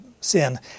sin